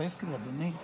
תאפס לי, אדוני.